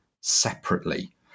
separately